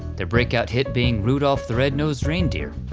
their breakout hit being rudolph the red-nosed reindeer,